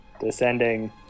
Descending